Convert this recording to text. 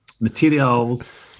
Materials